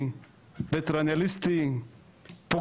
נמצאת.